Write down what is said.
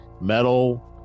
metal